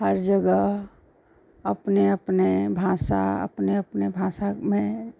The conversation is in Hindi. हर जगह अपनी अपनी भाषा अपनी अपनी भाषा में